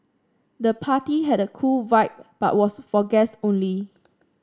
the party had a cool vibe but was for guests only